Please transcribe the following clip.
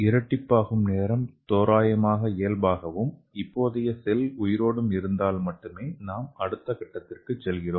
இரட்டிப்பாகும் நேரம் தோராயமாக இயல்பாகவும் இப்போதைய செல் உயிரோடும் இருந்தால் மட்டுமே நாம் அடுத்த கட்டத்திற்கு செல்கிறோம்